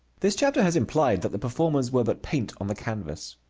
this chapter has implied that the performers were but paint on the canvas.